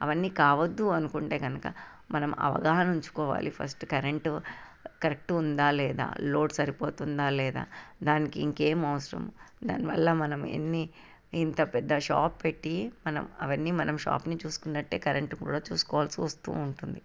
అవన్నీ కావద్దు అనుకుంటే కనుక మనం అవగాహన ఉంచుకోవాలి ఫస్ట్ కరెంటు కరెక్ట్ ఉందా లేదా లోడ్ సరిపోతుందా లేదా దానికి ఇంకేం అవసరం దానివల్ల మనం ఎన్ని ఇంత పెద్ద షాప్ పెట్టి మనం అవన్నీ మనం షాప్ని చూసుకున్నట్టే కరెంటు కూడా చూసుకోవాల్సి వస్తూ ఉంటుంది